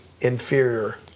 inferior